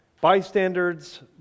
Bystanders